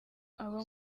abo